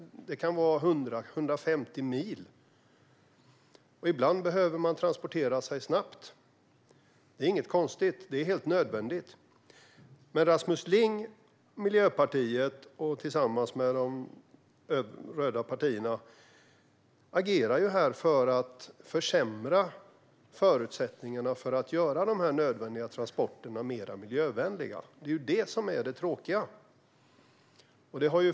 Det kan vara 150 mil, och ibland behöver man transportera sig snabbt. Det är inget konstigt utan helt nödvändigt. Rasmus Ling från Miljöpartiet agerar tillsammans med de röda partierna för att försämra förutsättningarna för att göra de nödvändiga transporterna mer miljövänliga. Det är detta som är det tråkiga.